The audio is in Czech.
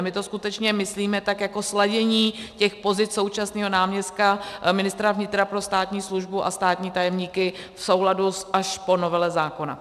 My to skutečně myslíme jako sladění těch pozic současného náměstka ministra vnitra pro státní službu a státní tajemníky v souladu až po novele zákona.